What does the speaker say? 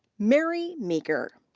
mary meeker.